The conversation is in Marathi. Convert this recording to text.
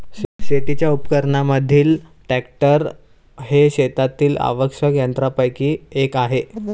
शेतीच्या उपकरणांमधील ट्रॅक्टर हे शेतातील आवश्यक यंत्रांपैकी एक आहे